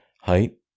height